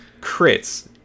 crits